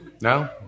No